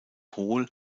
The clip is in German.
hohl